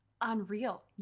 unreal